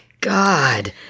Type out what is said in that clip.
god